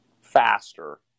faster